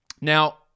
Now